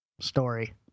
story